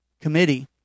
committee